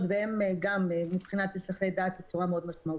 והן גם מבחינת הסחי דעת בצורה מאוד משמעותית,